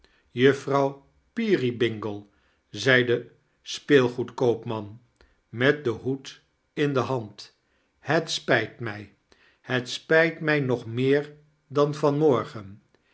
ouw peerybingle zei de speelgoedkoopman met den hoed in de hand heit spijt mij het spijt mij nog meer dan van morgen